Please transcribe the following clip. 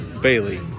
Bailey